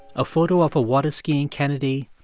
a photo of a waterskiing kennedy,